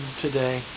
today